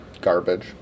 garbage